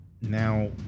Now